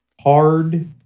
hard